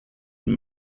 und